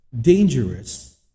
dangerous